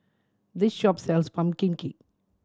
this shop sells pumpkin cake